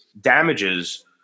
damages